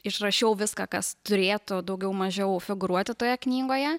išrašiau viską kas turėtų daugiau mažiau figūruoti toje knygoje